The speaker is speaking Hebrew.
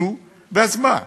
נו, ואז מה?